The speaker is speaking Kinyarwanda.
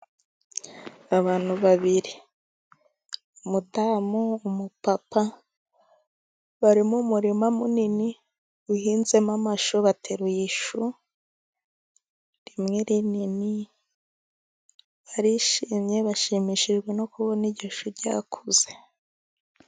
Abantu babiri, umudamu, umupapa. Bari mu murima munini uhinzemo amashu. Bateruye ishu rimwe rinini, barishimye. Bashimishijwe no kubona iryo shu ryakuze.